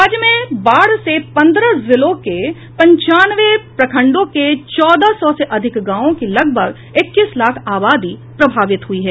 राज्य में बाढ़ से पन्द्रह जिलों के पचानवे प्रखंडों के चौदह सौ से अधिक गांवों की लगभग इक्कीस लाख आबादी प्रभावित हुई है